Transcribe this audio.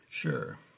Sure